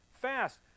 Fast